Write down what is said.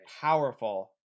powerful